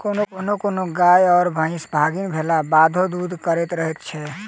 कोनो कोनो गाय वा महीस गाभीन भेलाक बादो दूध करैत रहैत छै